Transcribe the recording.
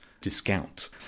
discount